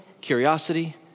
curiosity